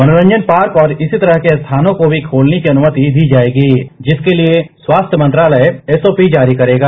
मनोरंजन पार्क और इसी तरह के स्थानों को भी खोलने की अनुमति दी जाएगी जिसके लिए स्वास्थ्य मंत्रालय एसओपी जारी करेगा